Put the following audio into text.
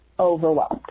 overwhelmed